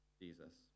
Jesus